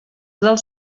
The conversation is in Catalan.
del